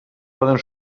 poden